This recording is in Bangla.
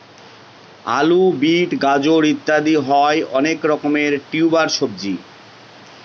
আলু, বিট, গাজর ইত্যাদি হয় অনেক রকমের টিউবার সবজি